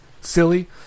silly